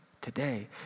today